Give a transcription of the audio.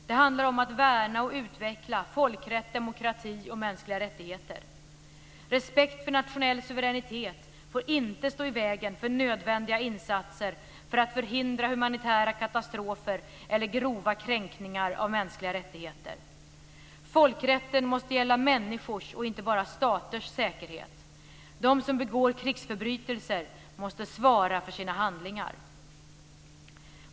Det handlar om att värna och utveckla folkrätt, demokrati och mänskliga rättigheter. Respekt för nationell suveränitet får inte stå i vägen för nödvändiga insatser för att förhindra humanitära katastrofer eller grova kränkningar av mänskliga rättigheter. Folkrätten måste gälla människors och inte bara staters säkerhet. De som begår krigsförbrytelser måste svara för sina handlingar.